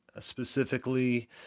specifically